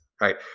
right